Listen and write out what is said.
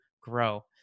grow